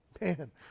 Man